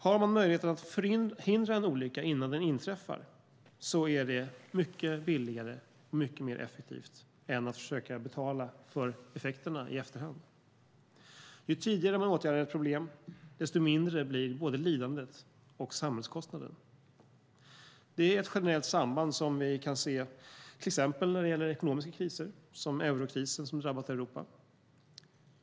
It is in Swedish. Har man möjlighet att förhindra en olycka innan den inträffar är det mycket billigare och mycket mer effektivt än att försöka betala för effekterna i efterhand. Ju tidigare man åtgärdar ett problem, desto mindre blir både lidandet och samhällskostnaden. Det är ett generellt samband som vi kan se till exempel när det gäller ekonomiska kriser, som eurokrisen som drabbat Europa.